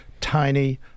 tiny